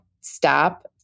stop